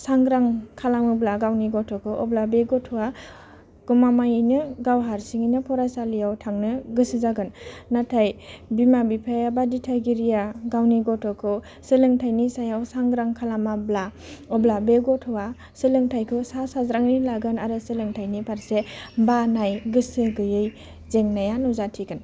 सांग्रां खालामोब्ला गावनि गथ'खौ अब्ला बे गथ'वा गमामायैनो गाव हारसिङैनो फरायसालियाव थांनो गोसो जागोन नाथाय बिमा बिफाया बा दिथागिरिया गावनि गथ'खौ सोलोंथाइनि सायाव सांग्रां खालामाब्ला अब्ला बे गथ'वा सोलोंथाइखौ सा साज्रांयै लागोन आरो सोलोंथाइनि फारसे बानाय गोसो गैयै जेंनाया नुजाथिगोन